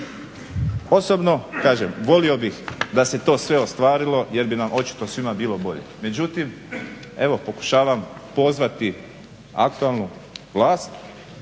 Osobno, kažem volio bih da se to sve ostvarilo, jer bi nam očito svima bilo bolje. Međutim, evo pokušavam pozvati aktualnu vlast,